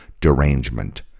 derangement